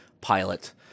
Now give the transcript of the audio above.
pilot